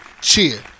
Cheer